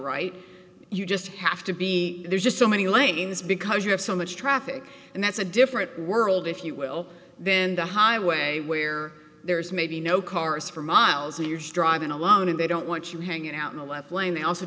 right you just have to be there's just so many lanes because you have so much traffic and that's a different world if you will then the highway where there's maybe no cars for miles and you're driving alone and they don't want you hanging out in the left lane they also